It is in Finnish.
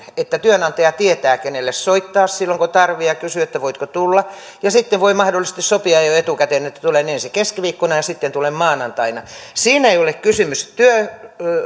että työnantaja tietää kenelle soittaa silloin kun tarvitsee ja kysyy voitko tulla sitten voi mahdollisesti sopia jo etukäteen että tulen ensi keskiviikkona ja sitten tulen maanantaina siinä ei ole kysymys